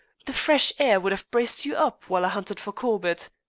the fresh air would have braced you up while i hunted for corbett.